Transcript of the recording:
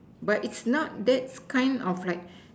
but it's not that kind of like